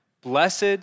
blessed